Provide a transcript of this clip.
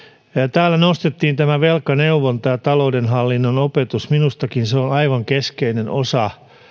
täällä nostettiin velkaneuvonta ja taloudenhallinnon opetus minustakin se on aivan keskeinen osa